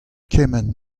kement